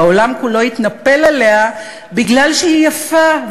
והעולם כולו התנפל עליה מפני שהיא יפה,